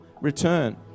return